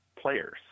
players